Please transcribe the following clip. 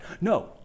No